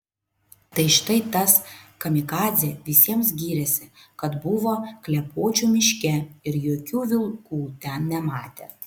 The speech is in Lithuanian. tai štai tas kamikadzė visiems gyrėsi kad buvo klepočių miške ir jokių vilkų ten nematė